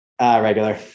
Regular